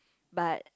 but